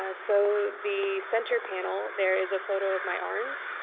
ah so, the center panel there is a photo of my arms.